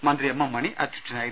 മന്ത്രി എംഎം മണി അധ്യക്ഷനായിരുന്നു